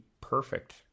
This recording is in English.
perfect